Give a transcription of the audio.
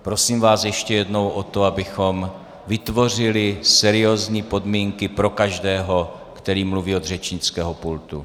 Prosím vás ještě jednou o to, abychom vytvořili seriózní podmínky pro každého, který mluví od řečnického pultu.